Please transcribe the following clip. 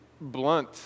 blunt